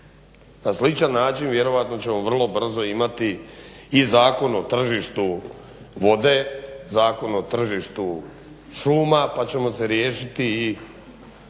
Na sličan način vjerojatno ćemo vrlo brzo imati i Zakon o tržištu vode, Zakon o tržištu šuma pa ćemo se riješiti i